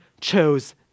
chose